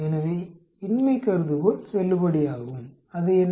எனவே இன்மை கருதுகோள் செல்லுபடியாகும் அது என்ன